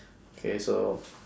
okay so